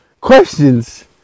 Questions